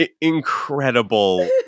incredible